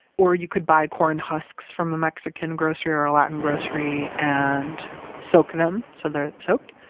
or you could buy corn husks from a mexican grocery or a latin grocery, and soak them so they're soaked.